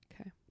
Okay